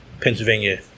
Pennsylvania